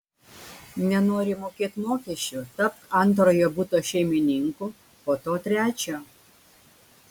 nenori mokėt mokesčių tapk antrojo buto šeimininku po to trečio